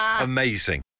Amazing